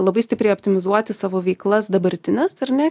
labai stipriai optimizuoti savo veiklas dabartines ar ne